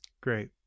Great